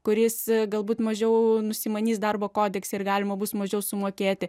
kuris galbūt mažiau nusimanys darbo kodekse ir galima bus mažiau sumokėti